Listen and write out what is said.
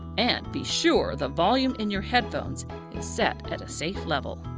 and be sure the volume in your head phones is set at a safe level.